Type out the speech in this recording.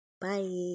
Bye